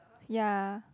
ya